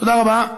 תודה רבה.